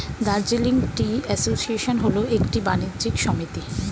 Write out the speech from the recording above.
Darjeeling tea association হল একটি বাণিজ্য সমিতি